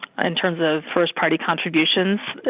in terms of first party contributions,